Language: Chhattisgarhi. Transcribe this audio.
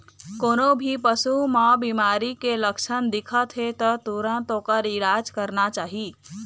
कोनो भी पशु म बिमारी के लक्छन दिखत हे त तुरत ओखर इलाज करना चाही